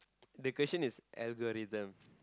the question is algorithm